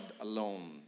alone